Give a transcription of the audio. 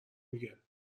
دیگه